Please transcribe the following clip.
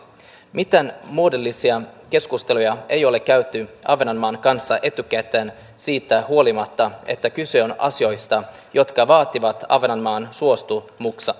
mitään muodollisia keskusteluja ei ole käyty ahvenanmaan kanssa etukäteen siitä huolimatta että kyse on asioista jotka vaativat ahvenanmaan suostumuksen